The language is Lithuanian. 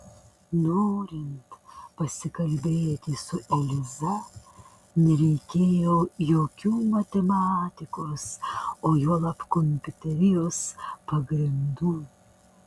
norint pasikalbėti su eliza nereikėjo jokių matematikos o juolab kompiuterijos pagrindų